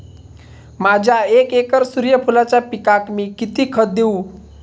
माझ्या एक एकर सूर्यफुलाच्या पिकाक मी किती खत देवू?